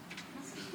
פשוט תסיר את זה.